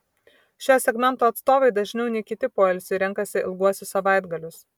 šio segmento atstovai dažniau nei kiti poilsiui renkasi ilguosius savaitgalius